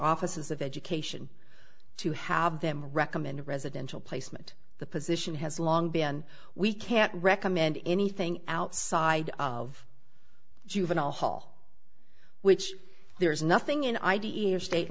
offices of education to have them recommend residential placement the position has long been we can't recommend anything outside of juvenile hall which there is nothing in i d e o state